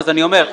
אז אני אומר,